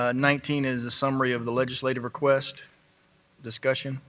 ah nineteen is a summary of the legislative request discussion.